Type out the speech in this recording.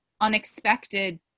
unexpected